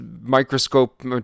microscope